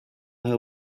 her